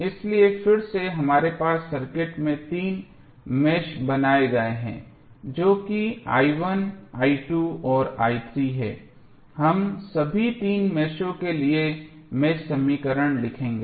इसलिए फिर से हमारे पास सर्किट में तीन मेष बनाए गए हैं जो कि और हैं हम सभी तीन मेषों के लिए मेष समीकरण लिखेंगे